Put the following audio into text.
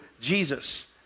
Jesus